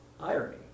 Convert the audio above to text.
irony